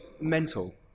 mental